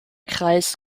kreis